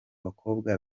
bakobwa